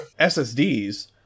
SSDs